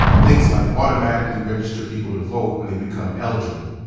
things like automatically register people to vote when they become eligible,